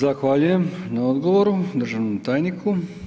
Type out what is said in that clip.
Zahvaljujem na odgovoru državnom tajniku.